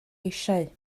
eisiau